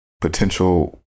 potential